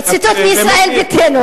ציטוט מישראל ביתנו.